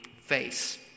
face